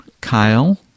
Kyle